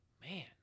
man